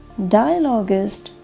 dialogist